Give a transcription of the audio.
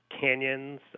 canyons